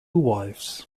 wives